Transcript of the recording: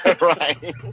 Right